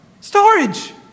Storage